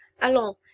Allons